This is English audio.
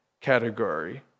category